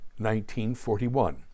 1941